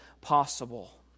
possible